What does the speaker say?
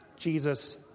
Jesus